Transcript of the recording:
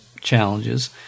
challenges